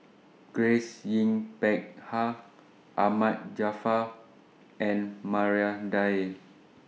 Grace Yin Peck Ha Ahmad Jaafar and Maria Dyer